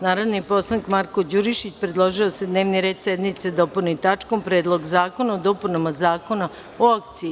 Narodni poslanik Marko Đurišić predložio je da se dnevni red sednice dopuni tačkom – Predlog zakona o dopunama Zakona o akcizama.